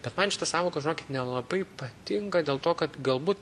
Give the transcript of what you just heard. bet man šita sąvoka žinokit nelabai patinka dėl to kad galbūt